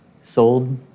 sold